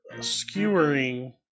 skewering